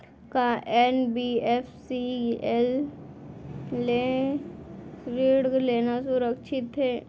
का एन.बी.एफ.सी ले ऋण लेना सुरक्षित हे?